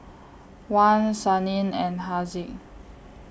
Wan Senin and Haziq